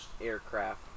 aircraft